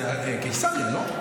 זה קיסריה, לא?